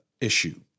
issue